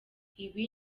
ibi